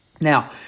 Now